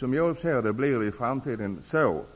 Som jag ser det, blir det i framtiden på det sättet